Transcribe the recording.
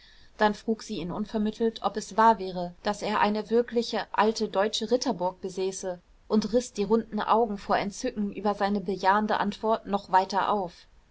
dann frug sie ihn unvermittelt ob es wahr wäre daß er eine wirkliche alte deutsche ritterburg besäße und riß die runden augen vor entzücken über seine bejahende antwort noch weiter auf